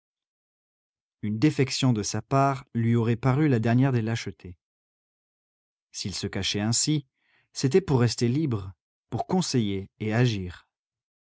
une défection de sa part lui aurait paru la dernière des lâchetés s'il se cachait ainsi c'était pour rester libre pour conseiller et agir